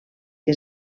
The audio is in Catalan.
que